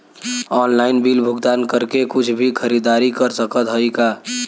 Online bill भुगतान करके कुछ भी खरीदारी कर सकत हई का?